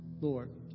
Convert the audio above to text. Lord